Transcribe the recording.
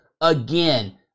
again